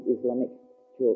Islamic